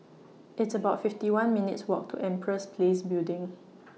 It's about fifty one minutes' Walk to Empress Place Building